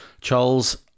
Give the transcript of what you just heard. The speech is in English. Charles